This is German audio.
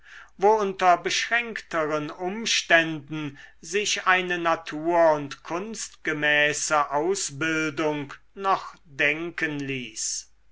wo unter beschränkteren umständen sich eine natur und kunstgemäße ausbildung noch denken ließ